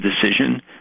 decision